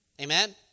Amen